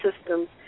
systems